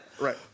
Right